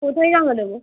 কোথায় জমা দেবো